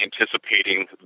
anticipating